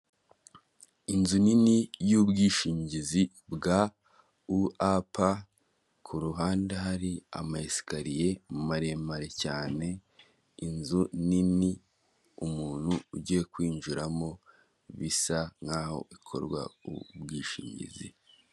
Inzu nini y'ubwishingizi bwa u a pa ku ruhande hari amasikariye maremare, cyane inzu nini umuntu ugiye kwinjiramo bisa nkaho ikorwa ubwishingizi.